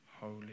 holy